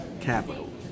capital